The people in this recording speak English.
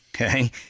Okay